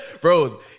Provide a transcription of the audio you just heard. bro